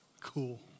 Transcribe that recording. Cool